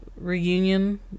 reunion